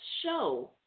show